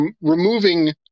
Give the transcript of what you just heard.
removing